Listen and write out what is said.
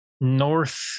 north